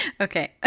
Okay